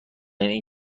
این